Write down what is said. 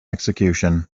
execution